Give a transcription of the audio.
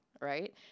right